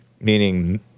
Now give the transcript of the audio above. meaning